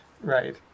right